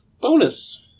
Bonus